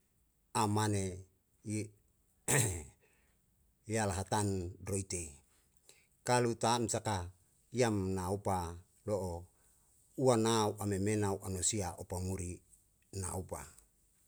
Amane yalahatan roi tei kalo tam msaka yam na upa lo'o uwanau ameme na u anu sia opa muri na opa.